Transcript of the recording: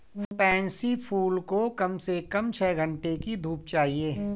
pansy फूल को कम से कम छह घण्टे की धूप चाहिए